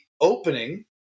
opening